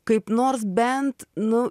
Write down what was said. kaip nors bent nu